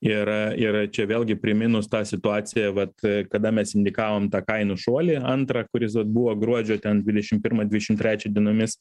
ir ir čia vėlgi priminus tą situaciją vat kada mes indikavom tą kainų šuolį antrą kuris vat buvo gruodžio ten dvidešim pirmą dvidešim trečią dienomis